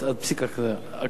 הכול יקוים,